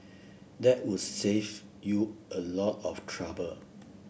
that would save you a lot of trouble